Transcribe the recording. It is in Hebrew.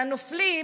והנופלים,